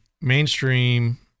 mainstream